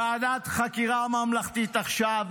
ועדת חקירה ממלכתית עכשיו.